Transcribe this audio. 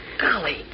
Golly